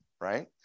Right